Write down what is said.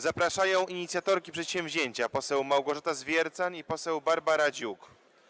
Zapraszają inicjatorki przedsięwzięcia poseł Małgorzata Zwiercan i poseł Barbara Dziuk.